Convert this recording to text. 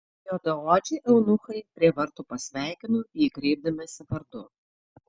juodaodžiai eunuchai prie vartų pasveikino jį kreipdamiesi vardu